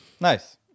Nice